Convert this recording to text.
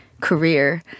career